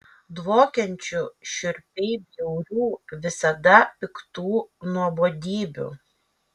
dvokiančių šiurpiai bjaurių visada piktų nuobodybių